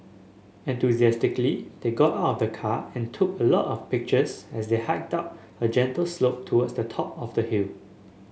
enthusiastically they got out of the car and took a lot of pictures as they hiked up a gentle slope towards the top of the hill